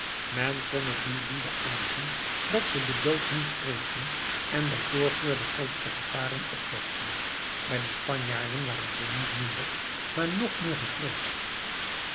men kon het dien lieden aanzien dat ze den dood niet vreesden en bij voorkeur de grootste gevaren opzochten bij de spanjaarden waren ze niet minder maar nog meer gevreesd